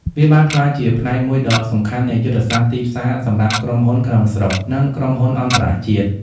វាបានក្លាយជាផ្នែកមួយដ៏សំខាន់នៃយុទ្ធសាស្ត្រទីផ្សារសម្រាប់ក្រុមហ៊ុនក្នុងស្រុក និងក្រុមហ៊ុនអន្តរជាតិ។